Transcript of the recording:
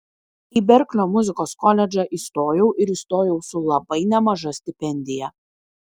į berklio muzikos koledžą įstojau ir įstojau su labai nemaža stipendija